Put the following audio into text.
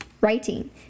writing